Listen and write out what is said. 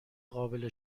قابل